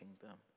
kingdom